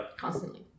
Constantly